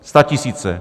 Statisíce.